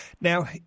Now